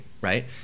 right